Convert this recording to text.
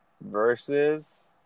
versus